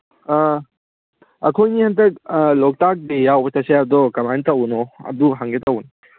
ꯑꯥ ꯑꯩꯈꯣꯏꯅꯤ ꯍꯟꯗꯛ ꯂꯣꯛꯇꯥꯛ ꯗꯦ ꯌꯥꯎꯕ ꯆꯠꯁꯦ ꯍꯥꯏꯕꯗꯣ ꯀꯃꯥꯏꯅ ꯇꯧꯕꯅꯣ ꯑꯗꯨ ꯍꯪꯒꯦ ꯇꯧꯕꯅꯤ